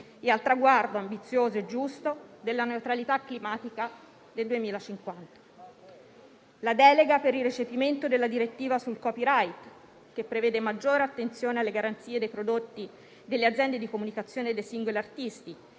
e al traguardo, ambizioso e giusto, della neutralità climatica al 2050; vi è poi la delega per il recepimento della direttiva sul *copyright*, che prevede maggiore attenzione alle garanzie dei prodotti delle aziende di comunicazione e dei singoli artisti,